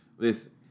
Listen